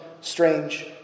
strange